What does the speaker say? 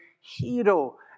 hero